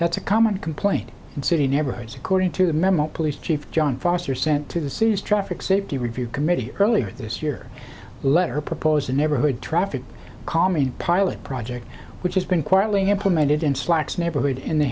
that's a common complaint in city neighborhoods according to the memo police chief john foster sent to the city's traffic safety review committee earlier this year letter proposed a neighborhood traffic calming pilot project which has been quietly implemented in slacks neighborhood in the